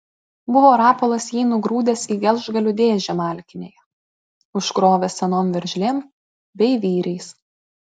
buvo rapolas jį nugrūdęs į gelžgalių dėžę malkinėje užkrovęs senom veržlėm bei vyriais